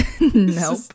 Nope